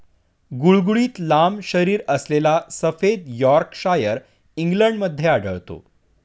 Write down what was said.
गुळगुळीत लांब शरीरअसलेला सफेद यॉर्कशायर इंग्लंडमध्ये आढळतो